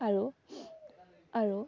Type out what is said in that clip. আৰু আৰু